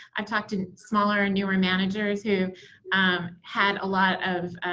i've talked to smaller and newer managers who had a lot of